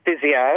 physio